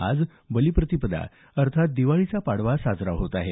आज बलिप्रतिपदा अर्थात दिवाळीचा पाडवा साजरा होत आहे